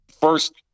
first